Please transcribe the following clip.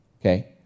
okay